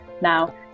now